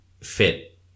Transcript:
fit